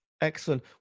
Excellent